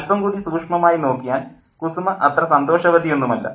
അല്പം കൂടി സൂക്ഷ്മമായി നോക്കിയാൽ കുസുമ അത്ര സന്തോഷവതി ഒന്നുമല്ല